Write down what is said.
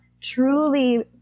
truly